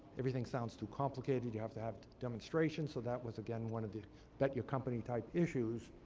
everything sounds too complicated. you have to have a demonstration. so that was, again, one of the bet-your-company-type issues.